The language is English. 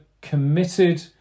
committed